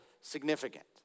significant